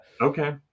Okay